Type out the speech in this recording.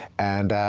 and